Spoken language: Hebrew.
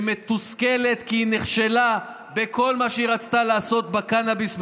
שמתוסכלת כי היא נכשלה בכל מה שהיא רצתה לעשות בקנביס,